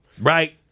right